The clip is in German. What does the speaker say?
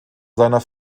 seiner